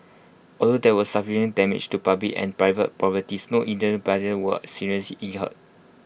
although there was substantial damage to public and private properties no innocent bystander was seriously hurt